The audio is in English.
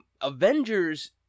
Avengers